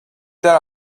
there